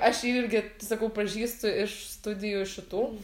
aš irgi sakau pažįstu iš studijų šitų